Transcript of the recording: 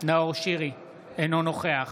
אינו נוכח